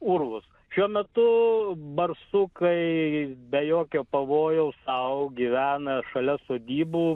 urvus šiuo metu barsukai be jokio pavojaus sau gyvena šalia sodybų